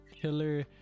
killer